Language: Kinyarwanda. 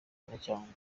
banyacyangugu